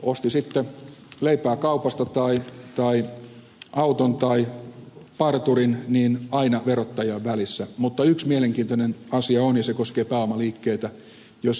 osti sitten leipää kaupasta tai auton tai parturin niin aina verottaja on välissä mutta on yksi mielenkiintoinen asia ja se koskee pääomaliikkeitä jossa näin ei ole